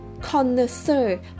Connoisseur